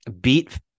beat